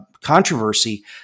controversy